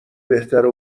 بهتره